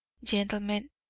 gentlemen,